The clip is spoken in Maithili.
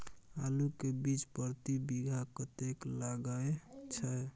आलू के बीज प्रति बीघा कतेक लागय छै?